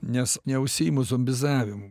nes neužsiimu zombizavimu